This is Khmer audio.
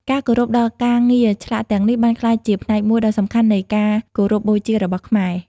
ការគោរពដល់ការងារឆ្លាក់ទាំងនេះបានក្លាយជាផ្នែកមួយដ៏សំខាន់នៃការគោរពបូជារបស់ខ្មែរ។